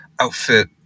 outfit